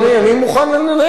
מוכן לנהל אותו.